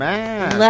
Man